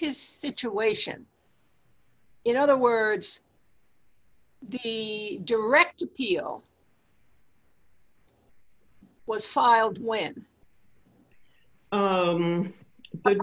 his situation in other words the direct appeal was filed when